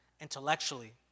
intellectually